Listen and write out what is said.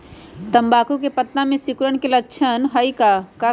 तम्बाकू के पत्ता में सिकुड़न के लक्षण हई का करी?